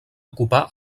ocupà